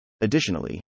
Additionally